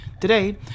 Today